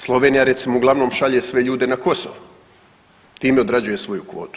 Slovenija recimo uglavnom šalje sve ljude na Kosovo, time odrađuje svoju kvotu.